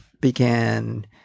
began